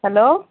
hello